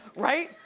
right?